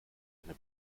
eine